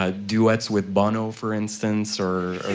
ah duets with bono, for instance or.